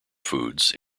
foods